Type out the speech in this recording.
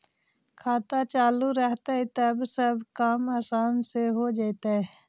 खाता चालु रहतैय तब सब काम आसान से हो जैतैय?